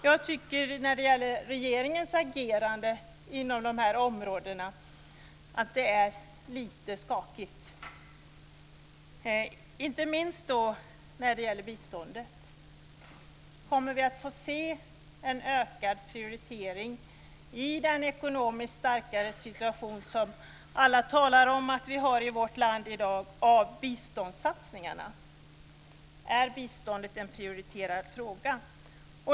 Jag tycker att regeringens agerande på dessa områden är lite skakigt, inte minst när det gäller biståndet. Kommer vi i den ekonomiskt starkare situation som alla talar om att vi har i dag i vårt land att få se en ökad prioritering på biståndssatsningarna? Är biståndet en prioriterad fråga?